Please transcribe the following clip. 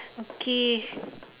okay